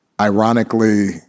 ironically